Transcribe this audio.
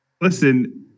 listen